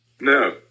No